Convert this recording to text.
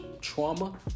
trauma